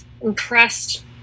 Impressed